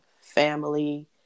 family